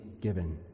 given